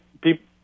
people